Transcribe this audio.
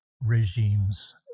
regimes